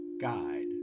guide